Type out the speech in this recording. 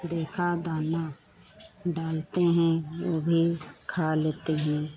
देखा दाना डालते हैं वह भी खा लेते हैं